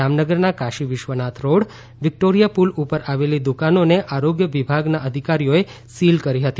જામનગરના Kashi Vishwanath road Victoria પૂલ ઉપર આવેલી દુકાનોને આરોગ્ય વિભાગના અધિકારીઓએ સીલ કરી હતી